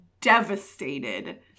devastated